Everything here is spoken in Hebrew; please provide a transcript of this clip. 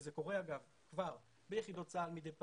וזה קורה אגב כבר ביחידות צה"ל מדי פעם,